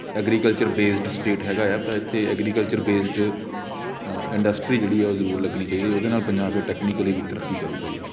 agriculture based state ਹੈਗਾ ਆ ਤਾਂ ਇੱਥੇ ਐਗਰੀਕਲਚਰ ਬੇਸਡ ਇੰਡਸਟਰੀ ਜਿਹੜੀ ਹੈ ਉਹ ਜ਼ਰੂਰ ਲੱਗਣੀ ਚਾਹੀਦੀ ਉਹਦੇ ਨਾਲ ਪੰਜਾਬ ਫਿਰ ਟੈਕਨੀਕਲੀ ਵੀ ਤਰੱਕੀ ਕਰੇਗਾ ਜੀ